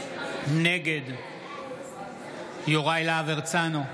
נגד יוראי להב הרצנו,